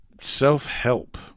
self-help